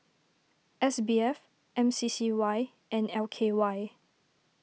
S B F M C C Y and L K Y